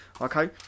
okay